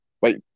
Wait